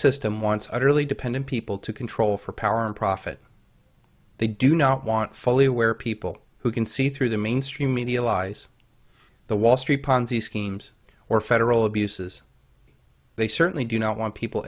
utterly dependent people to control for power and profit they do not want fully aware people who can see through the mainstream media lies the wall street ponzi schemes or federal abuses they certainly do not want people